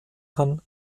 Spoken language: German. kann